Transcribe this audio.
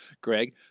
Greg